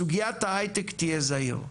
בסוגיית ההייטק תהיה זהיר.